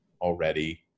already